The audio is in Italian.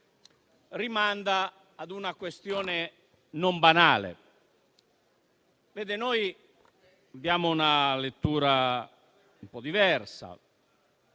rimanda ad una questione non banale. Noi diamo una lettura un po' diversa